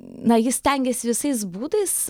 na jis stengėsi visais būdais